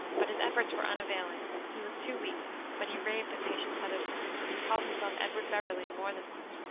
but his efforts were unavailing he was too weak but he raved of patience heatherstone, and he called himself edward beverley more than once,